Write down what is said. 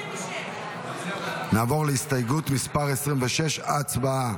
26. נעבור להסתייגות מס' 26. הצבעה.